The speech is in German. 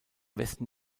westen